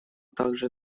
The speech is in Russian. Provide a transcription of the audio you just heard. также